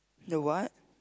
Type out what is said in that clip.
the what